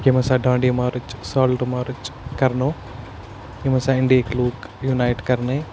ییٚمۍ ہَسا Dandi march salt march کَرنوو ییٚمۍ ہَسا اِنڈہِکۍ لُکھ یوٗنایٹ کَرنٲے